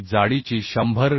जाडीची 100 मि